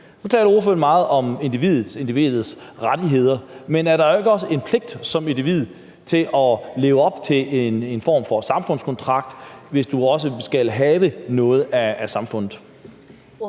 meget om individet og individets rettigheder, men er der ikke også en pligt som individ til at leve op til en form for samfundskontrakt, hvis du også skal have noget af samfundet?